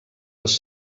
les